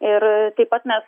ir taip pat mes